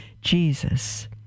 Jesus